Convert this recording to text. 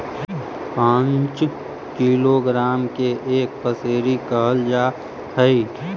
पांच किलोग्राम के एक पसेरी कहल जा हई